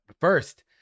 First